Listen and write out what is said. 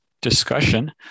discussion